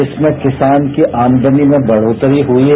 इसमें किसान की आमदनी में बढ़ोत्तरी हुई है